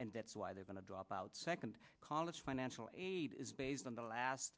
and that's why they're going to drop out second college financial aid is based on the last